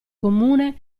comune